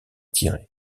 tiré